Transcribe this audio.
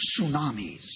tsunamis